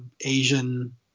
Asian